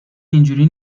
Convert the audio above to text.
اینجوری